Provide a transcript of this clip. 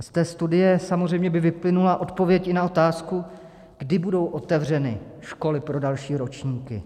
Z té studie samozřejmě by vyplynula odpověď i na otázku, kdy budou otevřeny školy pro další ročníky.